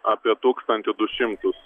apie tūkstantį du šimtus